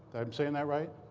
i'm saying that right?